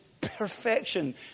perfection